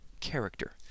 character